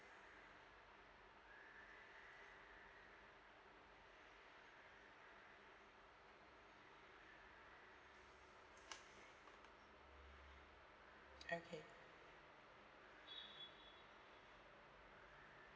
okay